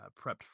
prepped